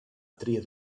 tria